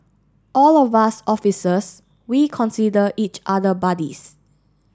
all of us officers we consider each other buddies